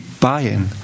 buying